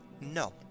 No